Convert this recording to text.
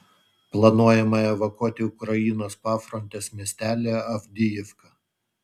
planuojama evakuoti ukrainos pafrontės miestelį avdijivką